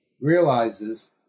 realizes